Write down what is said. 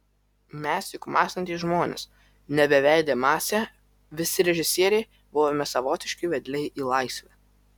mes juk mąstantys žmonės ne beveidė masė visi režisieriai buvome savotiški vedliai į laisvę